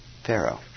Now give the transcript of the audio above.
Pharaoh